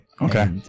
Okay